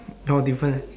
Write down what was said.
no different